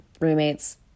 roommates